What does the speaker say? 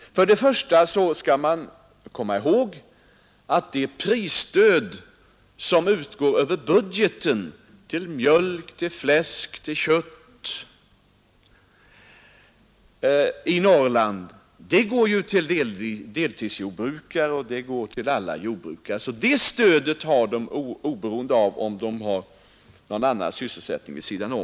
Först och främst skall man komma ihåg att det prisstöd som utgår över budgeten — till mjölk, till fläsk, till kött — i Norrland går till deltidsjordbrukare och till alla jordbrukare, så det stödet har de oberoende av om de har någon annan sysselsättning vid sidan om.